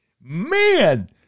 man